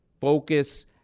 focus